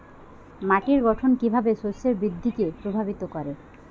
মাটির গঠন কীভাবে শস্যের বৃদ্ধিকে প্রভাবিত করে?